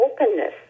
openness